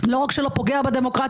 לא רק שלא פוגעת בדמוקרטיה,